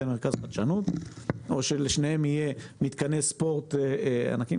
או שלשניהם יהיה מתקני ספורט ענקיים.